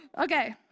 Okay